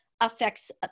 affects